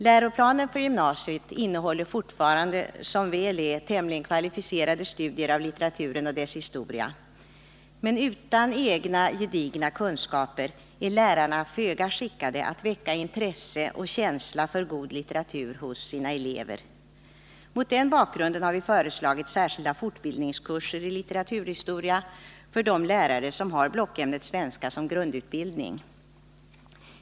Läroplanen för gymnasiet innehåller fortfarande, som väl är, tämligen kvalificerade studier av litteraturen och dess historia, men utan egna gedigna kunskaper är lärarna föga skickade att väcka intresse och känsla för god litteratur hos sina elever. Mot den bakgrunden har vi föreslagit särskilda fortbildningskurser i litteraturhistoria för de lärare som har blockämnet svenska som grundutbildning.